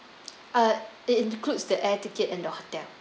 err it includes the air ticket and hotel